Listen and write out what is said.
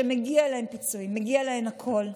מגיע להן פיצויים, מגיע להן הכול,